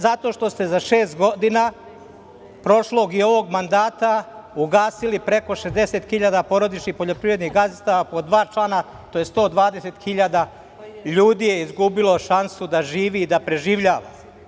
Zato što ste za šest godina prošlog i ovog mandata ugasili preko 60.000 porodičnih poljoprivrednih gazdinstava po dva člana, to je 120.000 ljudi je izgubilo šansu da živi i da preživljava.